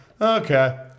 okay